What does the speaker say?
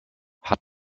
hat